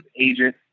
agent